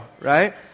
right